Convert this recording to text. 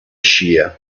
shear